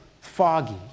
foggy